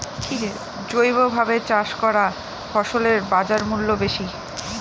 জৈবভাবে চাষ করা ফসলের বাজারমূল্য বেশি